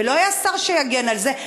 ולא היה שר שיגן על זה,